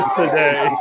today